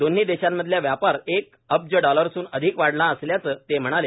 दोन्ही देशांमधल्या व्यापार एक अब्ज डॉलर्सहन अधिक वाढला असल्याचं ते म्हणाले